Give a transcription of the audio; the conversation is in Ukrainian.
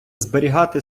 зберігати